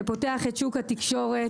פותח את שוק התקשורת,